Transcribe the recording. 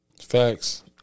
Facts